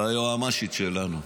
ליועמ"שית שלנו.